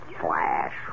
flash